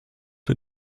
der